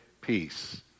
peace